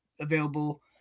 available